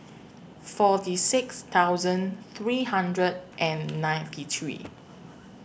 forty six thousand three hundred and ninety three